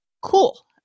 cool